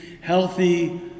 healthy